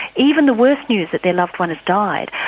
even the worst news that their loved one has died.